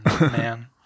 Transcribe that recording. Man